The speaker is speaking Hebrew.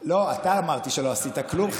לא, אתה אמרת שלא עשית כלום.